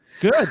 Good